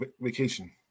Vacation